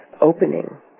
opening